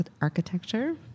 architecture